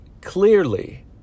clearly